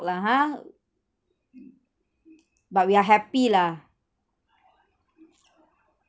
lah ha but we are happy lah